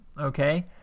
Okay